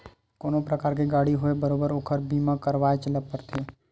कोनो परकार के गाड़ी होवय बरोबर ओखर बीमा करवायच ल परथे